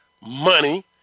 money